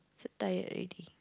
so tired already